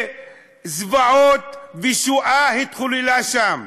של זוועות ושואה שהתחוללה שם,